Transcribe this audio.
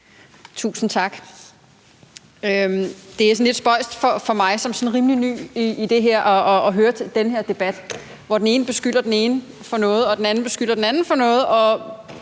Tusind tak. Det er sådan lidt spøjst for mig som rimelig ny i det her at høre den her debat, hvor den ene beskylder den ene for noget og den anden beskylder den anden for noget.